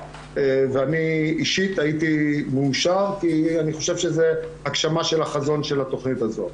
אני אישית הייתי מאושר כי אני חושב שזה הגשמה של חזון התכנית הזאת.